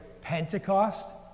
Pentecost